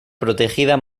protegida